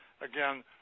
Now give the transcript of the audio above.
again